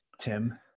Tim